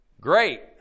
Great